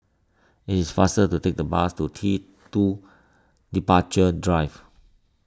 it is faster to take the bus to T two Departure Drive